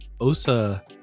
Osa